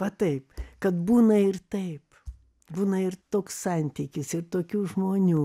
va taip kad būna ir taip būna ir toks santykis ir tokių žmonių